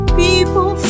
people